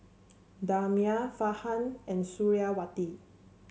Damia Farhan and Suriawati